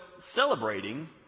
celebrating